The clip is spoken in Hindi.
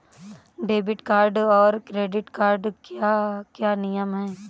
डेबिट कार्ड और क्रेडिट कार्ड के क्या क्या नियम हैं?